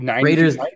Raiders